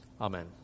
Amen